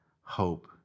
hope